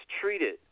treated